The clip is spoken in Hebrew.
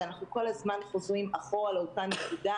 ואנחנו כל הזמן חוזרים אחורה לאותה נקודה,